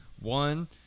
One